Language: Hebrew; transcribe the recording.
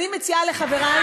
אני מציעה לחברי,